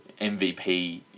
MVP